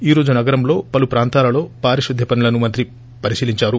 ఈ రోజు నగరం లో పలు ప్రాంతాలలో పారిశుధ్య పనులను మంత్రి పరిశీలిందారు